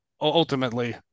ultimately